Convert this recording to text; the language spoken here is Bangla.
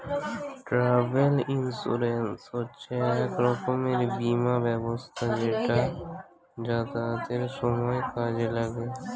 ট্রাভেল ইন্সুরেন্স হচ্ছে এক রকমের বীমা ব্যবস্থা যেটা যাতায়াতের সময় কাজে লাগে